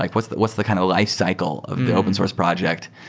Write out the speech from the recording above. like what's what's the kind of lifecycle of the open source project?